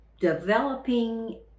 developing